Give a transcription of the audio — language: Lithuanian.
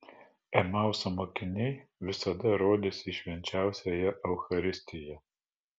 emauso mokiniai visada rodys į švenčiausiąją eucharistiją